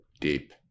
Deep